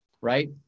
Right